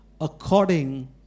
according